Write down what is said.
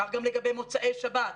כך גם לגבי מוצאי שבת,